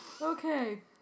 Okay